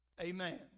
Amen